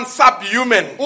subhuman